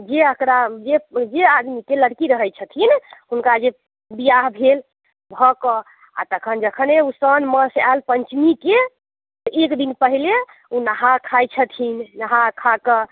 जे एकरा जे जे आदमीके लड़की रहैत छथिन हुनका जे बिआह भेल भऽ कऽ आ तखन जखन साओन मास आयल पञ्चमीके एक दिन पहिले ओ नहा खाय छथिन नहा खाय कऽ